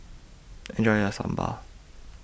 Enjoy your Sambar